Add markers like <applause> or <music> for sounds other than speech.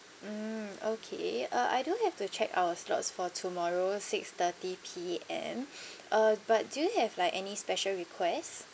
mm okay uh I do have to check our slots for tomorrow six thirty P_M <breath> uh but do you have like any special request